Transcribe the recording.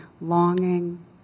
longing